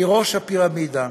מראש הפירמידה,